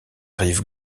rive